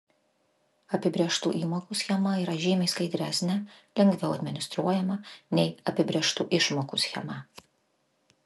apibrėžtų įmokų schema yra žymiai skaidresnė lengviau administruojama nei apibrėžtų išmokų schema